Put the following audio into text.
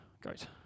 Great